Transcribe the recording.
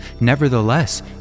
Nevertheless